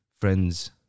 friends